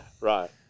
right